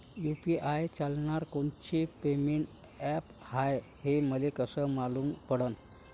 UPI चालणारं कोनचं payment app हाय, हे मले कस मालूम पडन?